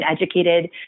educated